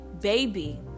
baby